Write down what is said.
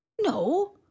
No